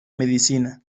medicina